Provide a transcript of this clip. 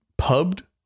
Pubbed